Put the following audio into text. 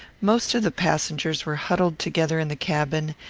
most of the passengers were huddled together in the cabin,